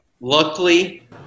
luckily